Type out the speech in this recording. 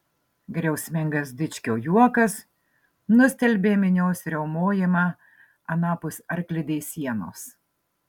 griausmingas dičkio juokas nustelbė minios riaumojimą anapus arklidės sienos